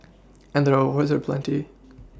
and the rewards are plenty